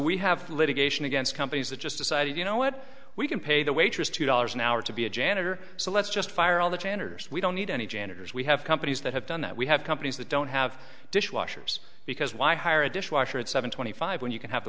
we have litigation against companies that just decided you know what we can pay the waitress two dollars an hour to be a janitor so let's just fire all the janitors we don't need any janitors we have companies that have done that we have companies that don't have dishwashers because why hire a dishwasher at seven twenty five when you can have the